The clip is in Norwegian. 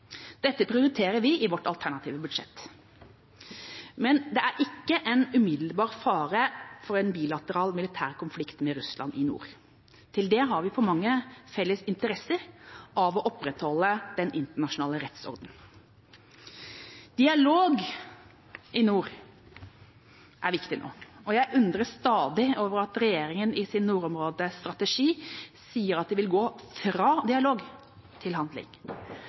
Dette prioriterer vi i vårt alternative budsjett. Men det er ikke en umiddelbar fare for en bilateral militær konflikt med Russland i nord. Til det har vi for mange felles interesser av å opprettholde den internasjonale rettsordenen. Dialog i nord er viktig nå, og jeg undres stadig over at regjeringa i sin nordområdestrategi sier at de vil gå fra dialog til handling.